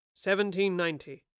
1790